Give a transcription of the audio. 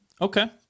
Okay